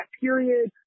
period